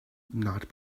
not